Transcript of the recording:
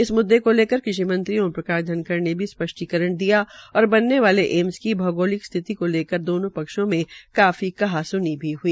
इस म्ददे को लेकर कृषि मंत्री ओम प्रकाश धनखड़ ने भी स्पष्टीकरण दिया और बनने वाले एम्स की भगोलिक स्थिति को लेकर दोनों पक्षों में काफी कहा सनी भी हुई